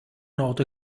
noto